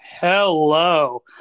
Hello